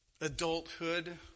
adulthood